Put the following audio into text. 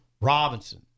Robinson